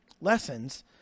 lessons